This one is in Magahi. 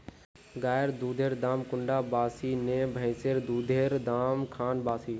गायेर दुधेर दाम कुंडा बासी ने भैंसेर दुधेर र दाम खान बासी?